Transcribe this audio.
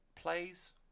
Plays